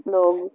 لوگ